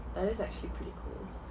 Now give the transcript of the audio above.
that is actually pretty cool